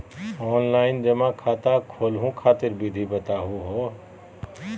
Online जमा खाता खोलहु खातिर विधि बताहु हो?